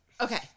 okay